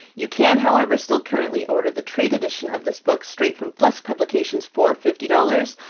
you can, however, still currently order the trade edition of this book straight from flesk publications for fifty dollars,